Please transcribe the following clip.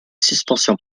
suspension